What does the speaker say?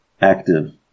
active